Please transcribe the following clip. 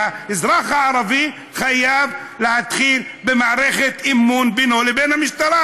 שהאזרח הערבי חייב להתחיל במערכת אמון בינו לבין המשטרה,